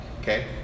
okay